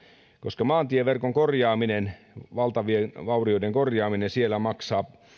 koska maantieverkon korjaaminen valtavien vaurioiden korjaaminen siellä